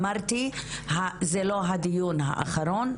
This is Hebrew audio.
אמרתי זה לא הדיון האחרון,